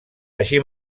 així